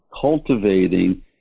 cultivating